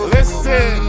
Listen